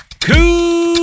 Cool